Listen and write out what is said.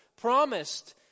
promised